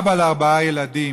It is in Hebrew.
אבא לארבעה ילדים,